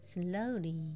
slowly